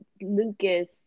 Lucas